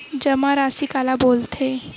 जमा राशि काला बोलथे?